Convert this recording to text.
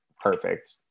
perfect